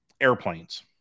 airplanes